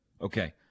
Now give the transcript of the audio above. Okay